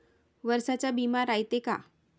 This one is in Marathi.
वर्षाचा बिमा रायते का?